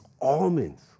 almonds